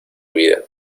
vida